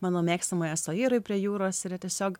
mano mėgstamoje suyroj prie jūros yra tiesiog